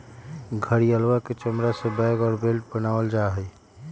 घड़ियलवा के चमड़ा से बैग और बेल्ट बनावल जाहई